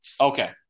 Okay